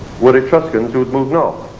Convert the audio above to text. were etruscans who'd moved north.